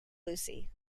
lucy